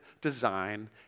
design